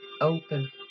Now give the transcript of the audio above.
open